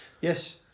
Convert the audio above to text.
Yes